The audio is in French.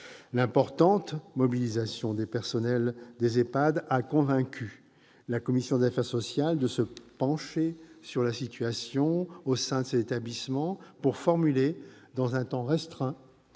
L'importante mobilisation des personnels des EHPAD a convaincu la commission des affaires sociales de se pencher sur la situation au sein de ces établissements pour formuler dans un temps restreint